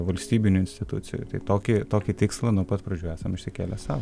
valstybinių institucijų tai tokį tokį tikslą nuo pat pradžių esam išsikėlę sau